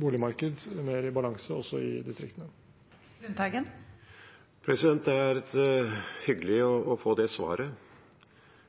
boligmarked som er mer i balanse, også i distriktene. Per Olaf Lundteigen – til oppfølgingsspørsmål. Det er hyggelig å få det svaret,